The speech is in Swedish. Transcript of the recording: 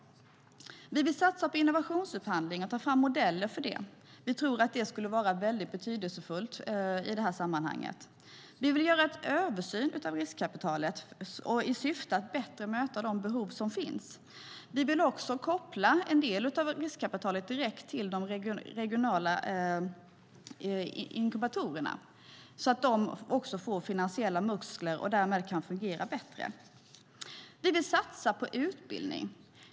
Vi vill satsa på innovationsupphandling och ta fram modeller för det. Vi tror att det skulle vara väldigt betydelsefullt i det här sammanhanget. Vi vill göra en översyn av riskkapitalet i syfte att bättre möta de behov som finns. Vi vill också koppla en del av riskkapitalet direkt till de regionala inkubatorerna, så att de får finansiella muskler och därmed kan fungera bättre. Vi vill satsa på utbildning.